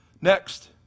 Next